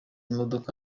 imodoka